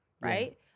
right